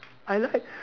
I love it